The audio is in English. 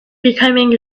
becoming